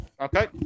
okay